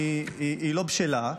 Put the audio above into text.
היא לא בשלה,